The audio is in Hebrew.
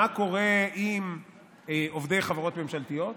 מה קורה עם עובדי חברות ממשלתיות?